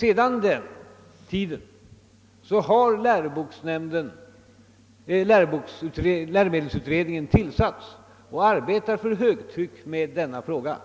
Sedan dess har läromedelsutredningen tillsatts och arbetar för högtryck med denna fråga.